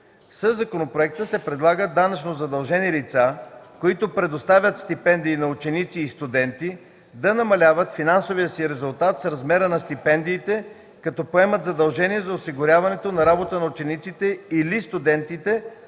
Със законопроекта се предлага данъчно задължени лица, които предоставят стипендии на ученици и студенти да намаляват финансовия си резултат с размера на стипендиите, като поемат задължение за осигуряване на работа на учениците или студентите